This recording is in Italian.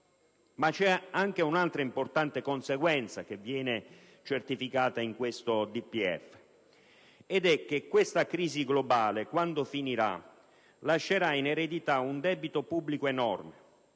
Ma c'è un'altra importante conseguenza che viene certificata in questo DPEF, ed è che questa crisi globale, quando finirà, ci lascerà in eredità un debito pubblico enorme.